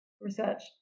research